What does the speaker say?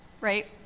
right